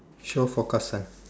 shore forecast sun